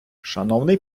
шановний